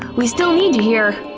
we still need you here!